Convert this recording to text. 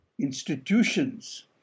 institutions